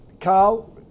Carl